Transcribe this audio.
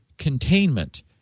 Containment